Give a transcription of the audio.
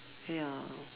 ya